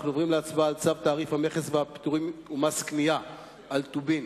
אנחנו עוברים להצבעה על צו תעריף המכס והפטורים ומס קנייה על טובין